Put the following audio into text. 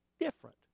different